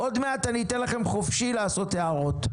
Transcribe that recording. עוד מעט אני אתן לכם חופשי לעשות הערות,